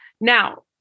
Now